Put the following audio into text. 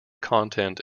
content